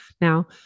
now